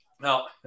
now